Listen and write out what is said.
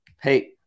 hey